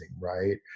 right